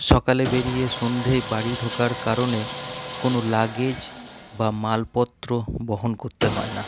সকালে বেরিয়ে সন্ধ্যায় বাড়ি ঢোকার কারণে কোনও লাগেজ বা মালপত্র বহন করতে হয় না